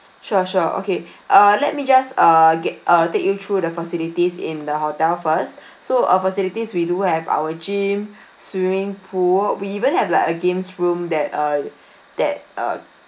sure sure okay uh let me just err get uh take you through the facilities in the hotel first so our facilities we do have our gym swimming pool we even have like a games room that uh that uh